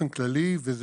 חברים,